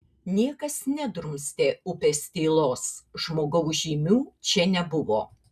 niekas nedrumstė upės tylos žmogaus žymių čia nebuvo